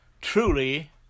truly